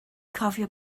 cofio